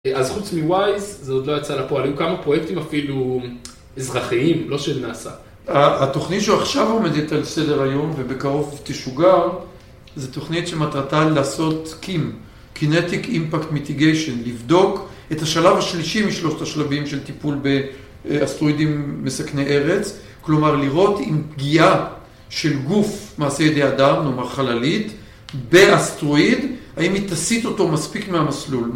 אז חוץ מ-WISE זה עוד לא יצא לפועל, היו כמה פרויקטים אפילו אזרחיים, לא של נאסא. התוכנית שעכשיו עומדת על סדר היום ובקרוב תשוגר, זו תוכנית שמטרתה לעשות קימ, קינטיק אימפקט מיטיגיישן, לבדוק את השלב השלישי משלושת השלבים של טיפול באסטרואידים מסכני ארץ, כלומר לראות אם פגיעה של גוף מעשה ידי אדם, נאמר חללית, באסטרואיד, האם היא תסיט אותו מספיק מהמסלול.